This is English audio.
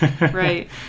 right